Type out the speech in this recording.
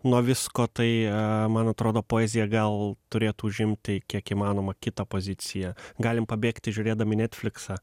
nuo visko tai man atrodo poezija gal turėtų užimti kiek įmanoma kitą poziciją galim pabėgti žiūrėdami netfliksą